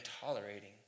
tolerating